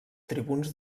tribuns